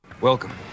Welcome